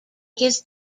his